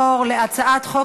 להפוך את הצעת חוק